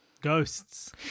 Ghosts